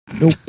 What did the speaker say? Nope